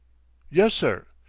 yes sir.